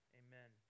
amen